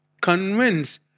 Convince